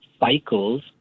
cycles